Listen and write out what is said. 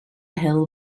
hill